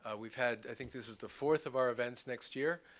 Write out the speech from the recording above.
ah we've had i think this is the fourth of our events next year.